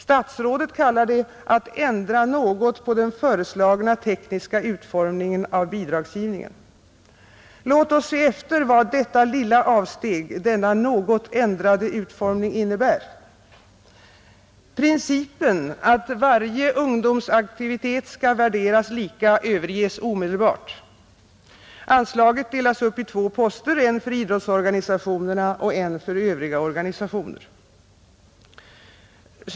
Statsrådet kallar det att ändra något på den föreslagna tekniska utformningen av bidragsgivningen. Låt oss se efter vad detta lilla avsteg, denna något ändrade utformning, innebär. Principen att varje ungdomsaktivitet skall värderas lika överges omedelbart: anslaget delas upp i två poster, en för idrottsorganisationerna och en för övriga organisationer.